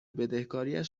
بدهکاریش